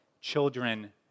children